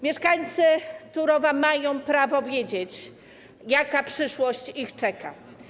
Mieszkańcy Turowa mają prawo wiedzieć, jaka przyszłość ich czeka.